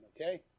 okay